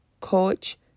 coach